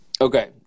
Okay